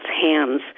hands